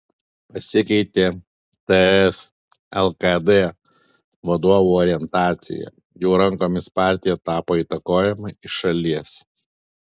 pasikeitė ts lkd vadovų orientacija jų rankomis partija tapo įtakojama iš šalies